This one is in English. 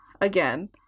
again